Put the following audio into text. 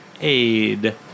Aid